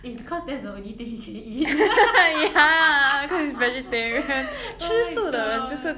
it's because that's the only thing he can eat oh my god teach you shouldn't you are kind of vegetarian 吃素的人就是这样可怜吃素 ya so nather what was your most memorable meal